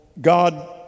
God